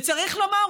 ויש לומר,